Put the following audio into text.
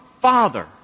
Father